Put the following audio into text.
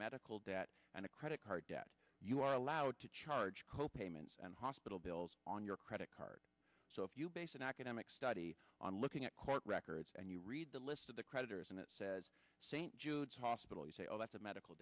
medical debt and a credit card debt you are allowed to charge co payments and hospital bills on your credit card so if you base an academic study on looking at court records and you read the list of the creditors and it says st jude's hospital you say oh that's a medical